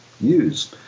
use